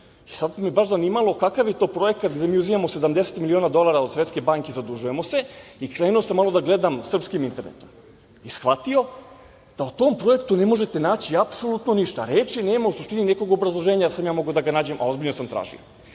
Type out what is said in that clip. Sad me je baš zanimalo kakav je to projekat gde mi uzimamo 70 miliona dolara od Svetske banke i zadužujemo se i krenuo sam malo da gledam po internetu i shvatio da o tom projektu ne možete naći apsolutno ništa, a reči nema u suštini nekog obrazloženja da sam ja mogao da ga nađem, a ozbiljno sam tražio. Otišao